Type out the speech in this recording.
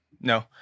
no